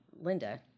Linda